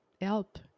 help